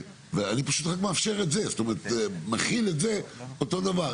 ואני פשוט רק מאפשר את זה, מחיל את זה אותו דבר.